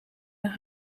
naar